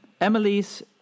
Emily's